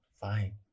fine